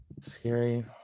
scary